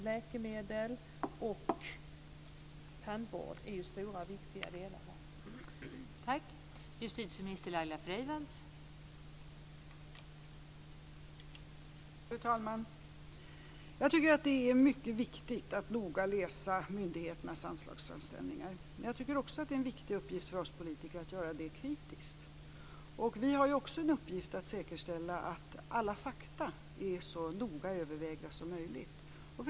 Läkemedel och tandvård är stora och viktiga delar här.